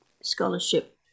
scholarship